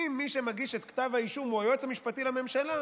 אם מי שמגיש את כתב האישום הוא היועץ המשפטי לממשלה,